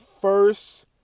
first